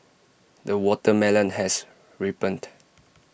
the watermelon has ripened